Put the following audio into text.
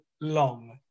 long